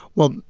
well,